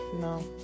No